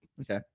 Okay